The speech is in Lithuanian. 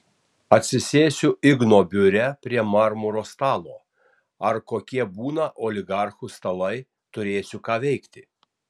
atsisėsiu igno biure prie marmuro stalo ar kokie būna oligarchų stalai turėsiu ką veikti